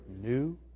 new